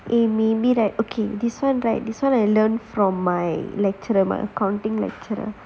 eh maybe right this [one] this [one] I learn from my my lecturer my accounting lecturer